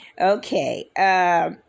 Okay